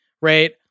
right